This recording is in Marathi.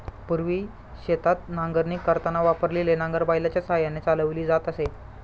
पूर्वी शेतात नांगरणी करताना वापरलेले नांगर बैलाच्या साहाय्याने चालवली जात असे